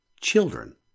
children